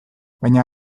baina